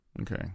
Okay